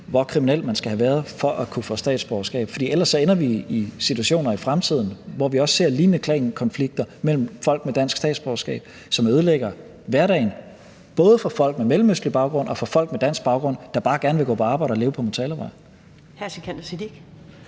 hvor kriminel man kan have været for at kunne få statsborgerskab. For ellers ender vi i situationer i fremtiden, hvor vi ser lignende klankonflikter mellem folk med dansk statsborgerskab, som ødelægger hverdagen både for folk med mellemøstlig baggrund og for folk med dansk baggrund, der bare gerne vil gå på arbejde og leve på Motalavej.